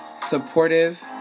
Supportive